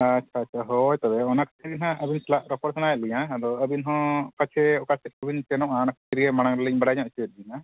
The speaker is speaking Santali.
ᱟᱪᱪᱷᱟ ᱟᱪᱪᱷᱟ ᱦᱳᱭ ᱛᱚᱵᱮ ᱚᱱᱟ ᱠᱟᱛᱷᱟ ᱜᱮ ᱦᱟᱸᱜ ᱟᱹᱵᱤᱱ ᱥᱟᱞᱟᱜ ᱨᱚᱯᱚᱲ ᱥᱟᱱᱟᱭᱮᱜ ᱞᱤᱧᱟ ᱟᱫᱚ ᱟᱹᱵᱤᱱ ᱦᱚᱸ ᱯᱟᱥᱮᱡ ᱚᱠᱟ ᱥᱮᱫ ᱠᱚᱵᱤᱱ ᱥᱮᱱᱚᱜᱼᱟ ᱚᱱᱟ ᱠᱷᱟᱹᱛᱤᱨ ᱜᱮ ᱢᱟᱲᱟᱝ ᱨᱮᱞᱤᱧ ᱵᱟᱲᱟᱭ ᱧᱚᱜ ᱦᱚᱪᱚᱭᱮᱜ ᱵᱮᱱᱟ